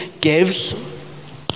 gives